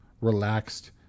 relaxed